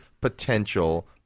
potential